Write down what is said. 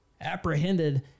apprehended